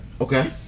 okay